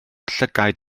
llygaid